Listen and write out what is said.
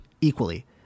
equally